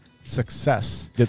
success